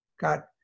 got